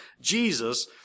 Jesus